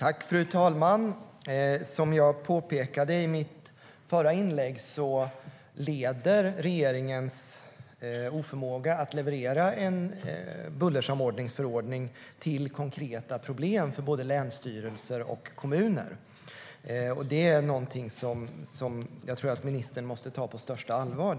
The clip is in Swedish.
Fru talman! Som jag påpekade i mitt förra inlägg leder regeringens oförmåga att leverera en bullersamordningsförordning till konkreta problem för både länsstyrelser och kommuner. Det är någonting som ministern måste ta på största allvar.